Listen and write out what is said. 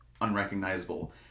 unrecognizable